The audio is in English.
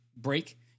break